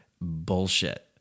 bullshit